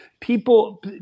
People